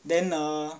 then err